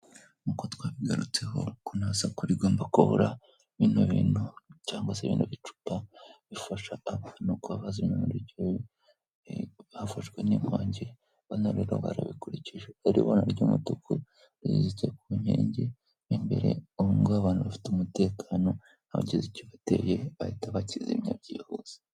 Nk'uko twabigarutseho ko nta saku rigomba kubura bino bo cyangwa se ibintu bicupa bifasha abantu kubabazamyaryo bafashwe n'inkongi banani barabikurikije uko aribona ry'umuduku zizitse ku nkegi' imberehungaban bafite umutekano abagize icyo bateye bahita bakizimya byihuse.